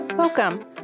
Welcome